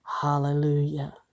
Hallelujah